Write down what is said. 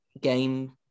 game